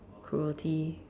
groggy